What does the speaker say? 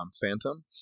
phantom